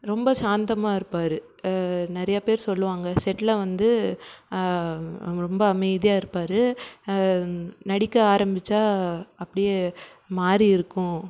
ரொம்ப சாந்தமா இருப்பார் நிறையா பேர் சொல்லுவாங்க செட்டில் வந்து அவங்க ரொம்ப அமைதியாக இருப்பார் நடிக்க ஆரம்பித்தா அப்படியே மாறி இருக்கும்